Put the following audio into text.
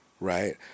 right